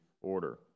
order